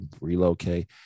relocate